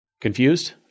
Confused